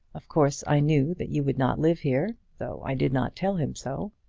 of course i knew that you would not live here, though i did not tell him so.